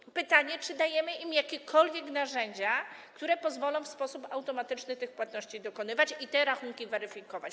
I pytanie: Czy dajemy im jakiekolwiek narzędzia, które pozwolą w sposób automatyczny tych płatności dokonywać i te rachunki weryfikować?